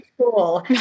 cool